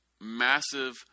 massive